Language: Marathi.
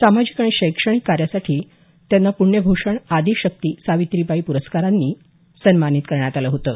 सामाजिक आणि शैक्षणिक कार्यासाठी त्यांना पुण्यभूषण आदिशक्ति सावित्रीबाई प्रस्कारांनी सन्मानित करण्यात आलं होतं